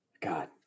God